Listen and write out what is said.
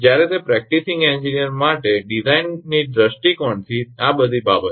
જ્યારે તે practising engineer માટે ડિઝાઇન દૃષ્ટિકોણથી આ બધી બાબતો